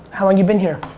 how long you been here?